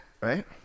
right